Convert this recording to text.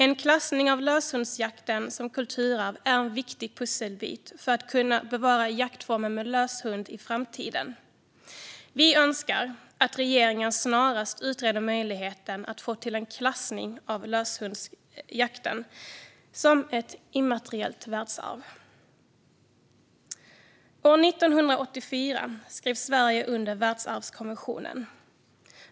En klassning av löshundsjakten som kulturarv är en viktig pusselbit för att kunna bevara jaktformer med lös hund i framtiden. Vi önskar att regeringen snarast utreder möjligheten att få till en klassning av löshundsjakten som ett immateriellt världsarv. År 1984 skrev Sverige under världsarvskonventionen.